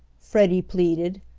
freddie pleaded,